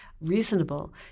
reasonable